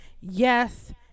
yes